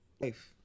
life